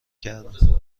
کردم